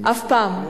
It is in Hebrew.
אף פעם.